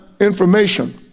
information